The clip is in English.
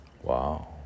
Wow